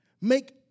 make